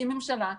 כממשלה,